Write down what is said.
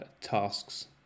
tasks